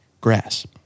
Grass